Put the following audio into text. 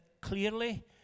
clearly